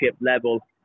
level